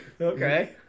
Okay